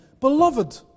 beloved